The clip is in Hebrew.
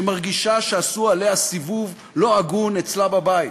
שמרגישה שעשו עליה סיבוב לא הגון אצלה בבית,